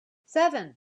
seven